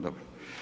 Dobro.